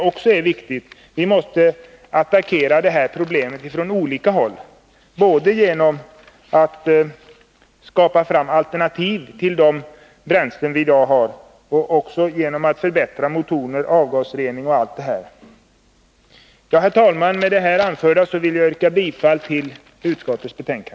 Vi måste attackera problemet från olika håll, både genom att skapa alternativ till de bränslen som vi i dag har och genom att förbättra motorer, avgasrening osv. Herr talman! Med det anförda yrkar jag bifall till utskottets hemställan.